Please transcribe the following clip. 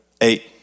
eight